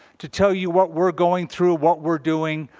to tell you what we're going through, what we're doing,